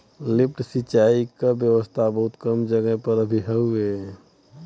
lift सिंचाई क व्यवस्था बहुत कम जगह पर अभी हउवे